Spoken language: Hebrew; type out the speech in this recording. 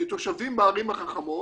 כתושבים בערים החכמות,